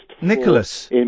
Nicholas